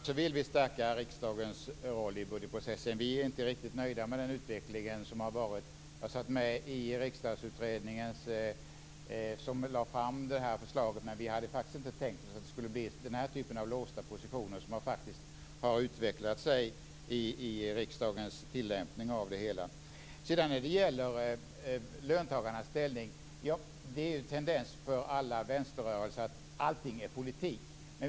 Fru talman! När det gäller den sista frågan är svaret att vi vill stärka riksdagens roll i budgetprocessen. Vi är inte riktigt nöjda med den utveckling som har varit. Jag satt med i riksdagsutredningen som lade fram det här förslaget, men vi hade inte tänkt oss att det skulle bli den här typen av låsta positioner som har utvecklats i riksdagens tillämpning. När det sedan gäller löntagarnas ställning vill jag bara säga att det är en tendens i alla vänsterrörelser att anse att allting är politik.